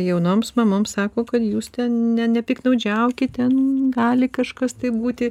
jaunoms mamoms sako kad jūs ne nepiktnaudžiaukit ten gali kažkas tai būti